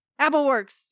Appleworks